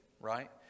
right